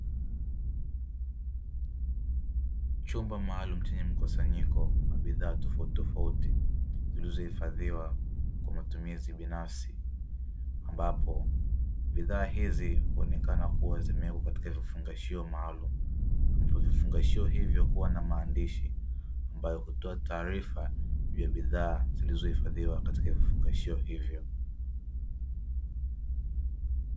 Chumba maalumu chenye mkusanyiko wa bidhaa tofauti tofauti zilizo hifadhiwa kwa matumizi binafsi, ambapo bidhaa hizi huonekana katika vifungashio maalumu, ambapo vifungashio hivyo huwa na maandishi ambao hutoa taarifa juu ya bidhaa zilizoo hifadhiwa katika vifungashio hivyo.